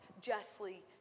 justly